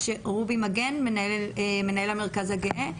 רובי מגן, מנהל המרכז הגאה.